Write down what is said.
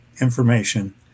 information